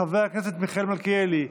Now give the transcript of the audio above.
חבר הכנסת מיכאל מלכיאלי,